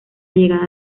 llegada